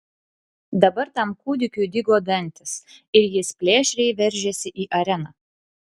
dabar tam kūdikiui dygo dantys ir jis plėšriai veržėsi į areną